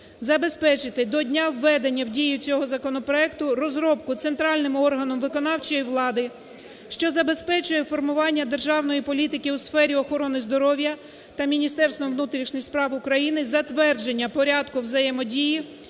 забезпечити до дня введення в дію цього законопроекту розробки центральним органом виконавчої влади, що забезпечує формування державної політики у сфері охорони здоров'я та Міністерством внутрішніх справ України затвердження порядку взаємодії